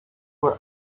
were